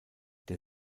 der